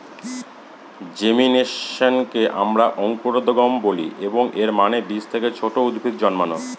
জেমিনেশনকে আমরা অঙ্কুরোদ্গম বলি, এবং এর মানে বীজ থেকে ছোট উদ্ভিদ জন্মানো